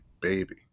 baby